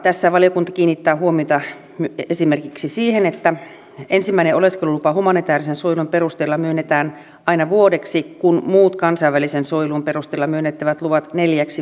tässä valiokunta kiinnittää huomiota esimerkiksi siihen että ensimmäinen oleskelulupa humanitäärisen suojelun perusteella myönnetään aina vuodeksi kun muut kansainvälisen suojelun perusteella myönnettävät luvat neljäksi vuodeksi